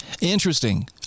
Interesting